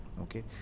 Okay